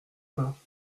pas